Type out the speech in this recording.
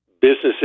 businesses